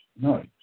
No